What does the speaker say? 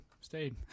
stayed